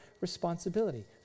responsibility